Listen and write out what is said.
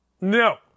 No